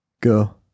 Go